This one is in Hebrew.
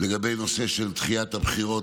בנושא דחיית הבחירות.